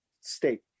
state